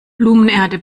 blumenerde